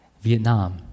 Vietnam